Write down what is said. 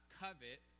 covet